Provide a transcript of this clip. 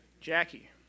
Jackie